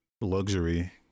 luxury